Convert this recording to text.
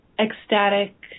ecstatic